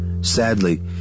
sadly